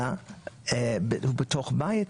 אלא הוא בתוך בית,